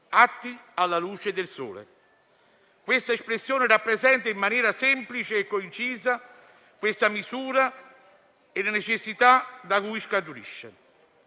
atti alla luce del sole. Quest'espressione rappresenta in maniera semplice e concisa questa misura e la necessità da cui essa scaturisce.